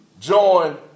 join